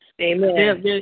Amen